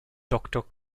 doctor